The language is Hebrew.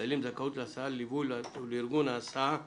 היום ה-31 בדצמבר 2018,